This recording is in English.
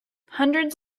hundreds